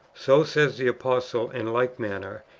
so says the apostle, in like manner,